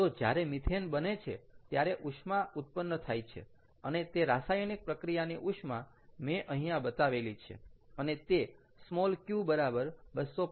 તો જ્યારે મિથેન બને છે ત્યારે ઉષ્મા ઉત્પન્ન થાય છે અને તે રાસાયણિક પ્રક્રિયાની ઉષ્મા મેં અહીંયા બતાવેલી છે અને તે q બરાબર 250